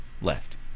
left